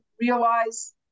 realize